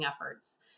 efforts